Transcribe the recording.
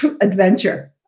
adventure